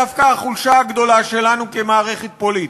דווקא החולשה הגדולה שלנו כמערכת פוליטית,